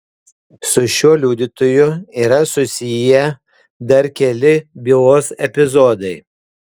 su šiuo liudytoju yra susiję dar keli bylos epizodai